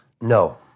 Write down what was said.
No